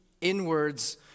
inwards